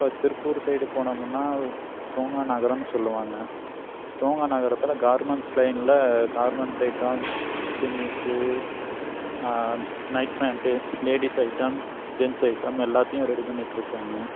இப்போ திருப்பூர் சைடு போனோமுனால் தூங்காநகரம்னு சொல்லுவாங்க தூங்காநகரத்தில் கார்மண்ட்ஸ் லைனில் garments item chemise night pant ladies item gents item எல்லாத்தேயும் ரெடி பண்ணிட்டிருக்காங்க